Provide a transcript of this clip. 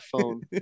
phone